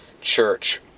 church